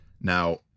Now